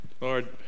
Lord